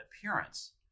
appearance